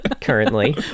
currently